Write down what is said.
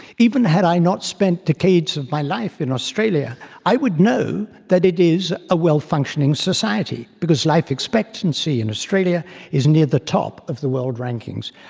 even had i not spent decades of my life in australia i would know that it is a well functioning society, because life expectancy in australia is near the top of the world rankings.